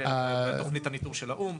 את תוכנית הניטור של האו"ם.